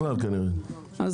אנחנו